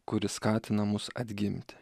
kuri skatina mus atgimti